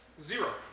Zero